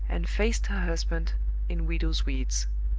and faced her husband in widow's weeds.